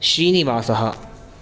श्रीनिवासः